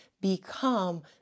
become